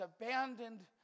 abandoned